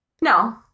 No